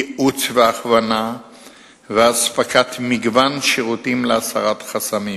ייעוץ והכוונה ואספקת מגוון שירותים להסרת חסמים.